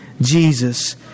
Jesus